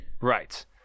Right